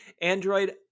android